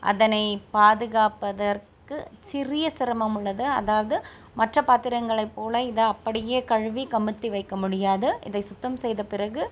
அதனை பாதுகாப்பதற்கு சிறிய சிரமம் உள்ளது அதாவது மற்ற பாத்திரங்களை போல இதை அப்படியே கழுவி கமுத்தி வைக்க முடியாது இதை சுத்தம் செய்த பிறகு